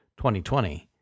2020